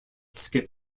skip